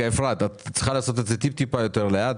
את צריכה לעשות את זה קצת יותר לאט.